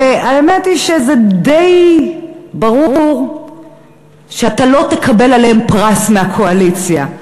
והאמת היא שזה די ברור שאתה לא תקבל עליהם פרס מהקואליציה.